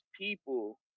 people